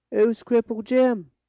who's cripple jim?